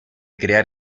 crear